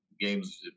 games